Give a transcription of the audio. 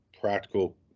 practical